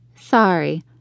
sorry